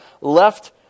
left